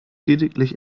lediglich